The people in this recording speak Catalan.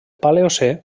paleocè